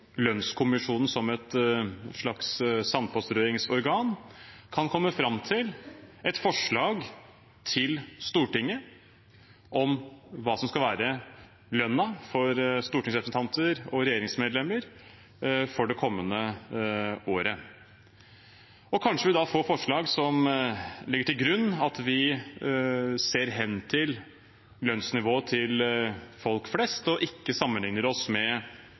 lønnskommisjonen som et slags sandpåstrøingsorgan – kan komme fram til et forslag til Stortinget om hva som skal være lønnen for stortingsrepresentanter og regjeringsmedlemmer for det kommende året. Kanskje vi da får forslag som legger til grunn at vi ser hen til lønnsnivået til folk flest, og ikke sammenligner oss med